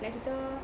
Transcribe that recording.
like kita